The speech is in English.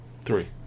Three